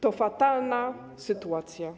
To fatalna sytuacja.